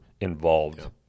involved